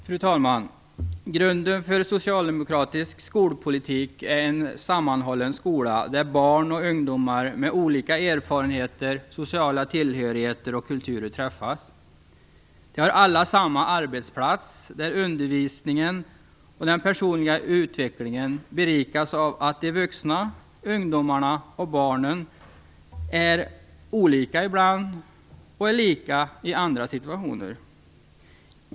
Fru talman! Grunden för socialdemokratisk skolpolitik är en sammanhållen skola, där barn och ungdomar med olika erfarenheter, sociala tillhörigheter och kulturer träffas. De har alla samma arbetsplats, där undervisningen och den personliga utvecklingen berikas av att de vuxna, ungdomarna och barnen är olika ibland och är lika i andra situationer.